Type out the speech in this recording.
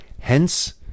Hence